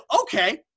okay